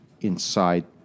inside